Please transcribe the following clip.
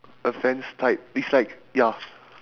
a fence type it's like ya